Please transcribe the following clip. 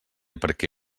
perquè